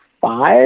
five